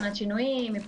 שינויים,